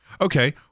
Okay